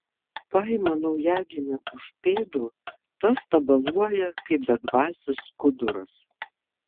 paima naujagimį už pėdų tas tabaluoja kaip bedvasis skuduras